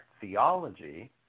theology